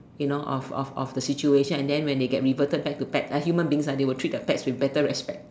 you know of of of the situation and then when they get reverted back to pets uh human beings ah they will treated pets with better respect